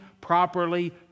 properly